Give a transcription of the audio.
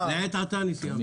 לעת עתה אני סיימתי.